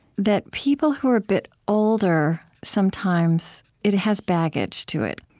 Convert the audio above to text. that people who are a bit older, sometimes, it has baggage to it.